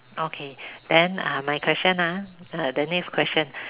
okay then uh my question ah uh the next question